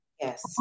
Yes